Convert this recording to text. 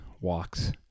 walks